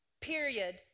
period